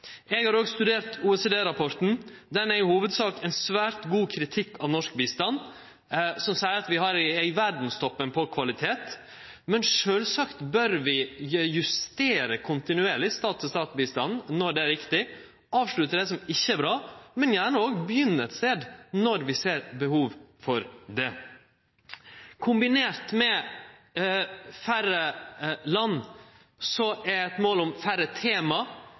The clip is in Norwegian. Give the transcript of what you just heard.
Eg har òg studert OECD-rapporten. Han er i hovudsak ein svært god kritikk av norsk bistand, som seier at vi er i verdstoppen på kvalitet, men at vi sjølvsagt kontinuerlig bør justere stat-til-stat-bistanden når det er riktig – avslutte det som ikkje er bra, men gjerne òg begynne ein stad når vi ser behov for det. Kombinert med færre land er eit mål om færre tema